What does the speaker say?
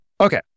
Okay